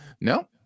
No